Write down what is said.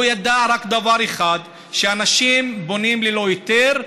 הוא ידע רק דבר אחד, שאנשים בונים ללא היתר.